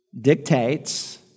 dictates